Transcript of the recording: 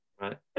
right